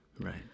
Right